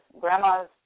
grandma's